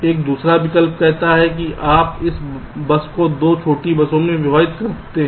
एक दूसरा विकल्प कहता है कि आप इस बस को 2 छोटी बसों में विभाजित करते हैं